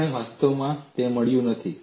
આપણે વાસ્તવમાં તે મેળવ્યું નથી